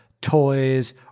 toys